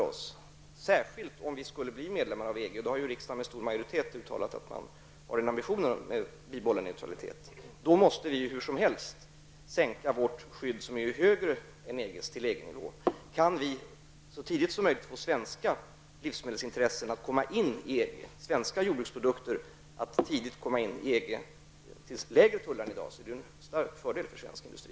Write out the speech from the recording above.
Om vi skulle bli medlemmar av EG -- och riksdagen har med stor majoritet uttalat att Sverige, med bibehållen neutralitet, har den ambitionen -- måste vi hur som helst sänka vårt skydd, som ju är högre än EGs, till EG-nivå. Det är då självfallet en fördel för oss om vi så tidigt som möjligt kan få svenska livsmedelsintressen och jordbruksprodukter att komma in i EG till lägre tullar än i dag. Det vore en stark fördel för svensk industri.